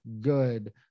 good